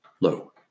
Low